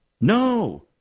No